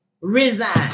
Resign